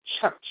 church